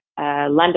London